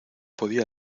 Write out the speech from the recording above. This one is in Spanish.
podía